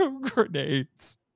Grenades